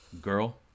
girl